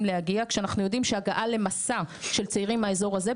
להגיע כשאנחנו יודעים שהגעה ל'מסע' של צעירים מהאזור הזה,